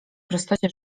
prostocie